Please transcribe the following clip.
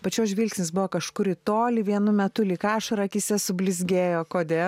pačios žvilgsnis buvo kažkur į tolį vienu metu lyg ašara akyse sublizgėjo kodėl